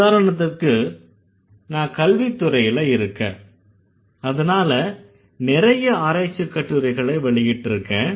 உதாரணத்துக்கு நான் கல்வித்துறையில இருக்கேன் அதனால நிறைய ஆராய்ச்சி கட்டுரைகளை வெளியிட்டிருக்கேன்